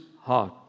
heart